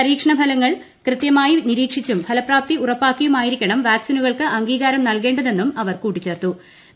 പരീക്ഷണഫലങ്ങൾ കൃത്യമായിക്കുനിരീക്ഷിച്ചും ഫലപ്രാപ്തി ഉറപ്പാക്കിയുമായിരിക്കണം വാക്സിന്റുക്ൾക്ക് അംഗീകാരം നൽകേണ്ടതെന്നും അവർ കൂട്ടിച്ചേർത്തു്